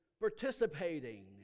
participating